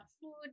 food